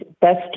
best